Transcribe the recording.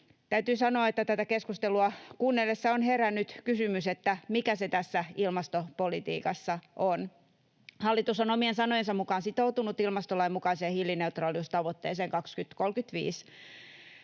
Täytyy sanoa, että tätä keskustelua kuunnellessa on herännyt kysymys, mikä se tässä ilmastopolitiikassa on. Hallitus on omien sanojensa mukaan sitoutunut ilmastolain mukaiseen hiilineutraaliustavoitteeseen 2035,